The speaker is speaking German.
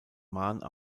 marne